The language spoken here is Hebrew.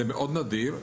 בגיל הזה, וזה מאוד נדיר.